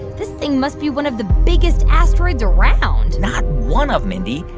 this thing must be one of the biggest asteroids around not one of, mindy.